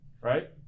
right